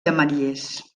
ametllers